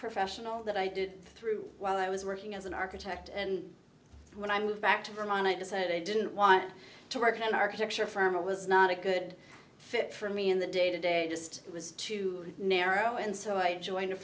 professional that i did through while i was working as an architect and when i moved back to vermont i decided i didn't want to work in an architecture firm it was not a good fit for me and the day to day just was too narrow and so i joined a